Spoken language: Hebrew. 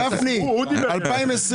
מדבר על 2020. --- אדוני יושב-הראש,